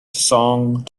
song